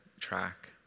track